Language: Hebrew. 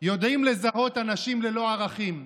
יודעים לזהות אנשים ללא ערכים.